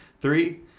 three